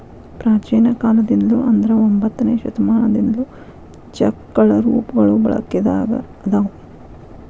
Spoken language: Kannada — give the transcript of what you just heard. ಪ್ರಾಚೇನ ಕಾಲದಿಂದ್ಲು ಅಂದ್ರ ಒಂಬತ್ತನೆ ಶತಮಾನದಿಂದ್ಲು ಚೆಕ್ಗಳ ರೂಪಗಳು ಬಳಕೆದಾಗ ಅದಾವ